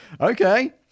Okay